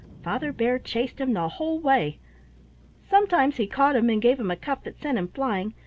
father bear chased him the whole way sometimes he caught him and gave him a cuff that sent him flying,